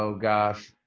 so gosh,